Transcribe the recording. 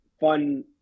fun